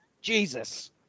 Jesus